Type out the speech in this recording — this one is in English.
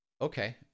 okay